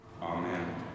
Amen